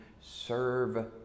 serve